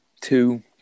Two